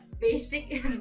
basic